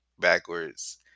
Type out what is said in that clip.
backwards